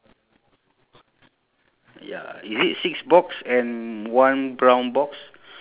no there's no bowling pin okay